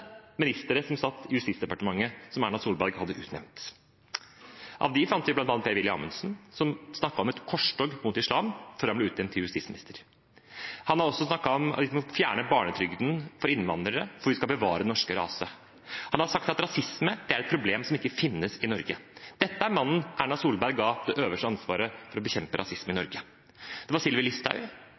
ministere som satt i Justisdepartementet som Erna Solberg hadde utnevnt. Av dem fant vi bl.a. Per-Willy Amundsen, som snakket om et korstog mot islam før han ble utnevnt til justisminister. Han har også snakket om at man må fjerne barnetrygden for innvandrere, for man skal bevare den norske rase. Han har sagt at rasisme er et problem som ikke finnes i Norge. Dette er mannen Erna Solberg ga det øverste ansvaret for å bekjempe rasisme i Norge. Det var Sylvi Listhaug.